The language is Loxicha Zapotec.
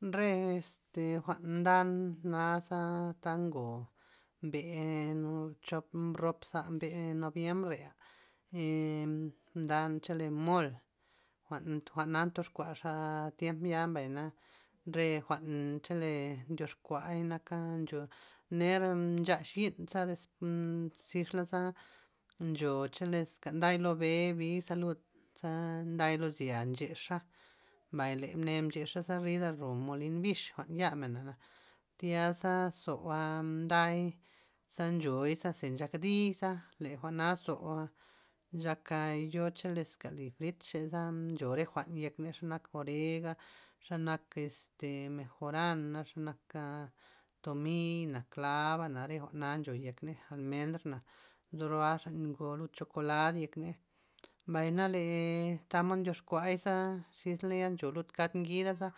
Re este jwa'n mdan naza' ta ngo mbe chop mbrop za mbe noviembre'a em mdan chole mol, jwa'n jwa'na mdox kuan xa tiemp ya mbay na re jwa'n chole ndyuxkuay naka ncho nera nchax yi'n za des zisla ncho che leska nday lo be' biza lud, za nday lo zi'a nchexa', mbay le mne mbyexa' za rida ro molin bixa' jwa'n ya menba tyaza zou nday ze nchoy sa ze nchak dii'za le jwa'naza zou nchaka yo cho leska li fritxey za ncho re jwa'n yek ney ze nak oreg xa nak este mejorana xe nak tomiy na claba'na re jwa'na ncho yek ney, jwa'n almendr nzo roa'xa ngo lud chokolat yek ney mbay na le tamod ndyox kuay za, xis ley ncho lud kald ngida za